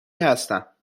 هستم